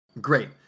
Great